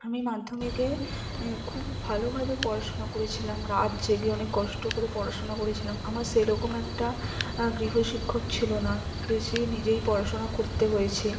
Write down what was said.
আমি মাধ্যমিকে খুব ভালোভাবে পড়াশোনা করেছিলাম রাত জেগে অনেক কষ্ট করে পড়াশোনা করেছিলাম আমার সেরকম একটা গৃহশিক্ষক ছিলো না বেশি নিজেই পড়াশোনা করতে হয়েছে